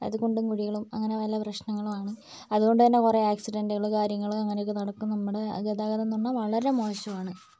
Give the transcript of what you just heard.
അത് കുണ്ടും കുഴികളും അങ്ങനെ പല പ്രശ്നങ്ങളുമാണ് അതുകൊണ്ടുതന്നെ കുറേ ആക്സിഡന്റുകൾ കാര്യങ്ങൾ അങ്ങനെയൊക്കെ നടക്കും നമ്മുടെ ഗതാഗതം എന്ന് പറഞ്ഞാൽ വളരെ മോശമാണ്